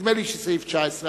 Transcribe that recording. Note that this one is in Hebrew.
נדמה לי שזה סעיף 19,